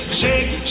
shake